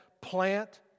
plant